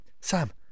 Sam